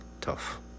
tough